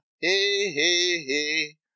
hey-hey-hey